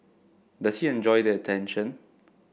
does he enjoy the attention